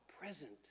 present